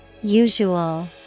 Usual